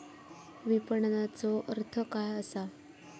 विपणनचो अर्थ काय असा?